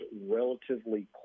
relatively